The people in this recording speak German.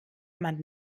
man